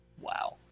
Wow